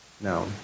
No